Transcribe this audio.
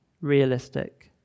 realistic